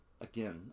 again